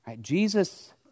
Jesus